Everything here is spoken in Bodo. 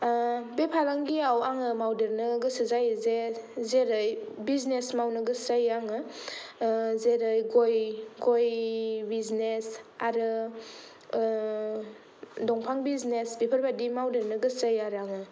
बे फालांगियाव आङो मावदेरनो गोसो जायो जे जेरै बिजिनेस मावनो गोसो जायो आङो जेरै गय बिजिनेस आरो दंफां बिजिनेस बेरफोरबादि मावदेरनो गोसो जायो आरो आङो